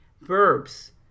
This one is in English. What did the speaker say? verbs